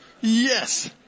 Yes